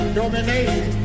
domination